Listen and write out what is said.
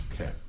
Okay